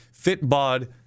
FitBod